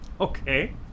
Okay